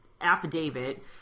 affidavit